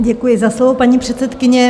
Děkuji za slovo, paní předsedkyně.